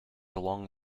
along